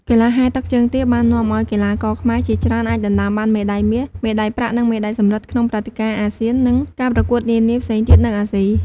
កីឡាហែលទឹកជើងទាបាននាំឱ្យកីឡាករខ្មែរជាច្រើនអាចដណ្តើមបានមេដាយមាស មេដាយប្រាក់ និងមេដាយសំរឹទ្ធក្នុងព្រឹត្តិការណ៍អាស៊ាន និងការប្រកួតនានាផ្សេងទៀតនៅអាស៊ី។